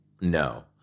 No